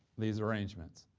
these arrangements,